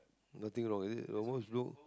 nothing wrong is it the most look